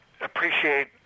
appreciate